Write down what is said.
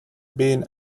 been